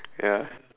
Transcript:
ya